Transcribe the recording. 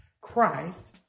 Christ